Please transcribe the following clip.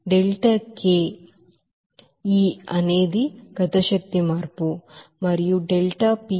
ΔKE అనేది kinetic energy మార్పు